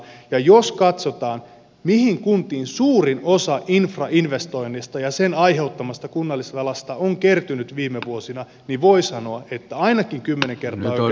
ja jos katsotaan mihin kuntiin suurin osa infrainvestoinneista ja niiden aiheuttamasta kunnallisvelasta on kertynyt viime vuosina niin voi sanoa että ainakin kymmenen kertaa